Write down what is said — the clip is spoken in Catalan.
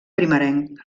primerenc